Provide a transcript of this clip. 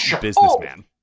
businessman